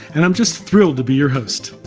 and i'm just thrilled to be your host.